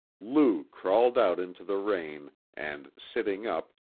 lou crawled out into the rain, and sitting up,